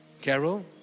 Carol